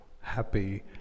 happy